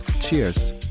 Cheers